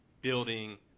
building